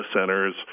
centers